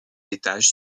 étages